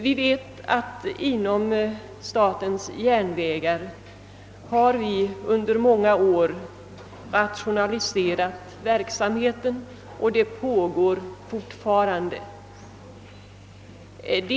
Vi vet att man inom statens järnvägar under många år har rationaliserat verksamheten och att detta pågår fortfarande.